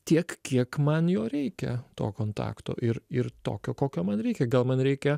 tiek kiek man jo reikia to kontakto ir ir tokio kokio man reikia gal man reikia